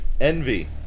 Envy